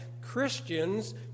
Christians